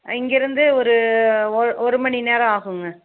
இங்கிருந்து ஒரு ஓழ் ஒரு மணி நேரம் ஆகுமெங்க